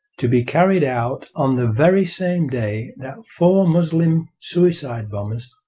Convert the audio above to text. to be carried out on the very same day yeah four muslim suicide-bombers,